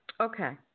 Okay